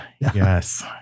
Yes